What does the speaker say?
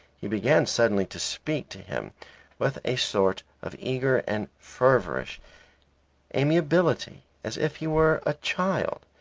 he began suddenly to speak to him with a sort of eager and feverish amiability as if he were a child.